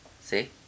See